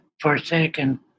forsaken